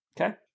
Okay